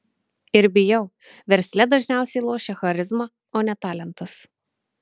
ir bijau versle dažniausiai lošia charizma o ne talentas